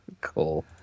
Cool